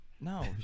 No